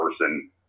person